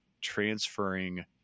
transferring